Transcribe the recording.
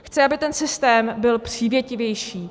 Chci, aby ten systém byl přívětivější.